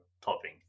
topping